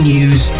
News